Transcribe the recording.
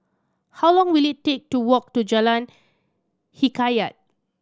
how long will it take to walk to Jalan Hikayat